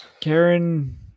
Karen